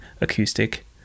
acoustic